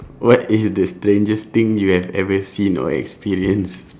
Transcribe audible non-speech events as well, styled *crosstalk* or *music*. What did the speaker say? what is the strangest thing you have ever seen or experienced *laughs*